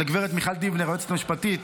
לגברת מיכל דיבנר, היועצת המשפטית.